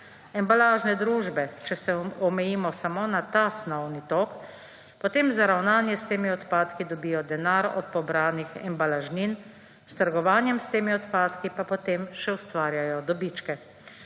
Embalažne družbe, če se omejimo samo na ta snovni tok, potem za ravnanje s temi odpadki dobijo denar od pobranih embalažnin, s trgovanjem s temi odpadki pa potem še ustvarjajo dobičke,